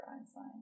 Einstein